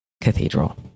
cathedral